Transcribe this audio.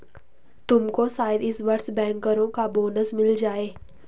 तुमको शायद इस वर्ष बैंकरों का बोनस मिल जाए